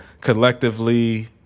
collectively